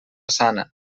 sana